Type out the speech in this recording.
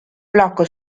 blocco